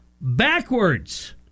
backwards